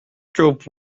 drove